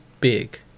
big